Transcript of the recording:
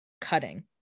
Cutting